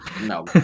No